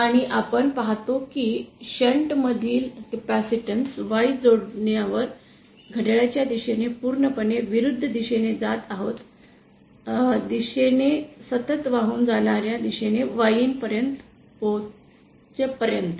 आणि आपण पाहतो की शंट मधील कॅपेसिटन्स Y जोडण्यावर घड्याळाच्या पूर्णपणे विरुदध दिशेने जात आहोत दिशेने सतत वाहून जाणा या दिशेने Yin पर्यंत पोहोचे पर्यंत